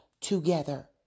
together